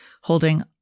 holding